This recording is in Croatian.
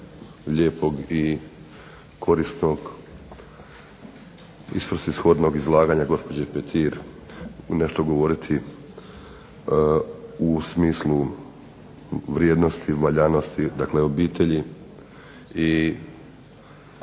lijepog i korisnog i svrsishodnog izlaganje gospođe Petir nešto govoriti o smislu vrijednosti, valjanosti, obitelji, i